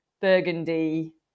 burgundy